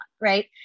right